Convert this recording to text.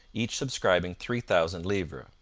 each subscribing three thousand livres.